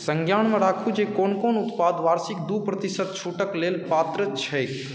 संज्ञानमे राखू जे कोन कोन उत्पाद वार्षिक दू प्रतिशत छूटके लेल पात्र छैक